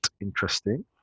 interesting